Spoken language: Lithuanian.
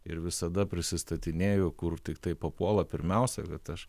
ir visada prisistatinėju kur tiktai papuola pirmiausia kad aš